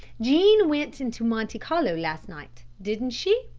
jean went into monte carlo last night, didn't she?